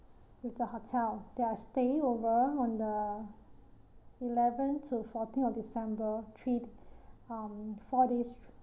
with the hotel that I stayed over on the eleventh to fourteenth of december three um four days